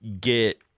get